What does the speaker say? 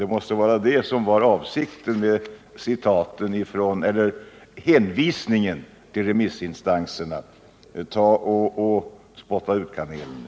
Det måste ha varit avsikten att visa med hänvisningen till remissinstanserna. Ta och spotta ut kamelen!